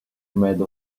made